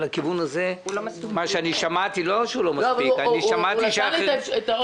הוא נתן לי אישור להגיד את זה.